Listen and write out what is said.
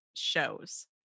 shows